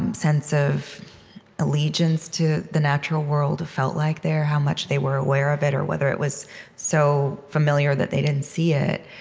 um sense of allegiance to the natural world felt like there how much they were aware of it or whether it was so familiar that they didn't see it.